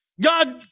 God